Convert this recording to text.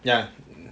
ya